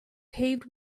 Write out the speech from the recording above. paved